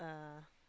uh